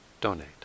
donate